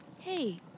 Hey